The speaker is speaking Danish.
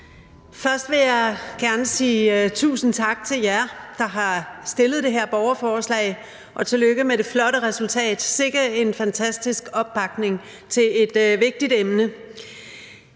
Først vil jeg gerne sige tusind tak til jer, der har stillet det her borgerforslag, og sige tillykke med det flotte resultat. Sikke en fantastisk opbakning til et vigtigt emne.